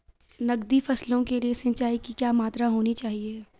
नकदी फसलों के लिए सिंचाई की क्या मात्रा होनी चाहिए?